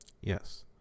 Yes